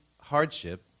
hardship